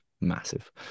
massive